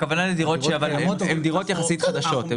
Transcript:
הכוונה לדירות שהן יחסית חדשות.